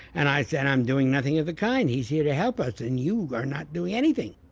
and i said i'm doing nothing of a kind, he's here to help us and you are not doing anything.